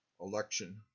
election